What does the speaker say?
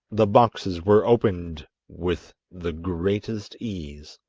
the boxes were opened with the greatest ease.